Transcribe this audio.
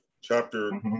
chapter